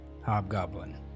Hobgoblin